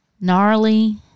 gnarly